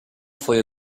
foi